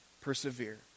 Persevere